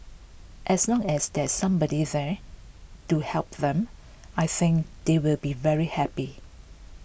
as long as there's somebody there to help them I think they will be very happy